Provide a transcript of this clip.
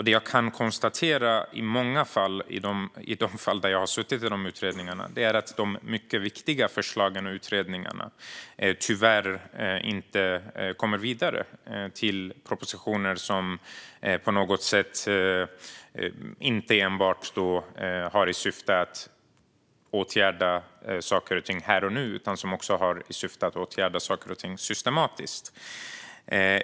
Det jag kan konstatera är att de mycket viktiga förslagen i utredningarna i många fall tyvärr inte kommer vidare till propositioner som inte enbart har till syfte att åtgärda saker och ting här och nu utan också har till syfte att åtgärda saker och ting systematiskt.